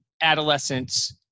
adolescents